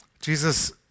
Jesus